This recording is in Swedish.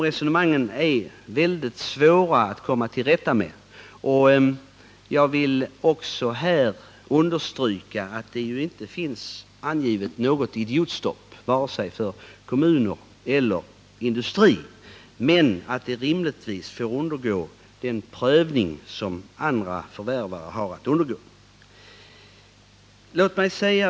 Resonemangen härvidlag är väldigt svåra att komma till rätta med, och jag vill understryka att det ju inte finns angivet något idiotstopp för vare sig kommuner eller industri. Vederbörande får rimligtvis undergå samma prövning som andra förvärvare har att undergå.